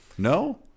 no